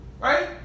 right